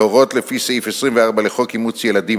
להורה לפי סעיף 24 לחוק אימוץ ילדים,